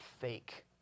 fake